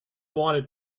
wanted